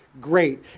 great